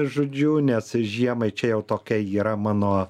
žodžiu nes žiemai čia jau tokia yra mano